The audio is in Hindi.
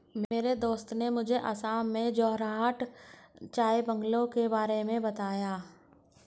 मेरे दोस्त ने मुझे असम में जोरहाट चाय बंगलों के बारे में बताया